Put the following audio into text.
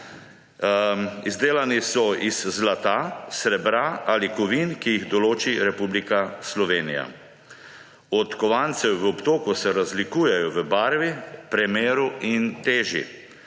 Izdelani so iz zlata, srebra ali kovin, ki jih določi Republika Slovenije. Od kovancev v obtoku se razlikujejo v barvi, premeru in teži.